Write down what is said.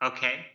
Okay